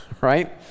right